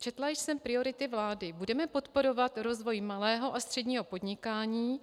Četla jsem priority vlády: Budeme podporovat rozvoj malého a středního podnikání.